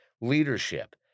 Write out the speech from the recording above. leadership